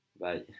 Bye